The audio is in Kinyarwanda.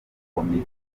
komite